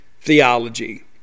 theology